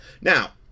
Now